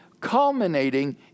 culminating